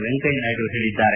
ವೆಂಕಯ್ಯನಾಯ್ಡು ಹೇಳಿದ್ದಾರೆ